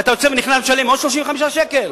ואתה יוצא ונכנס ומשלם עוד 35 שקלים?